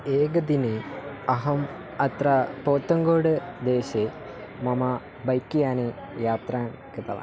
एकदिने अहम् अत्र पोतङ्गोड्देशे मम बैक्यानेन यात्रां कृतवान्